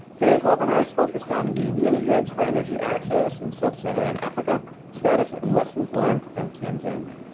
today's webinar is focused on the mini-grids for energy access in sub-saharan africa, status and lessons learned from tanzania.